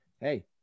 hey